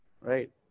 Right